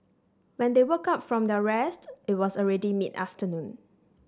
when they woke up from their rest it was already mid afternoon